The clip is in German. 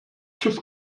tüv